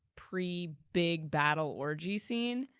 pre-big battle orgy scene,